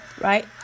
right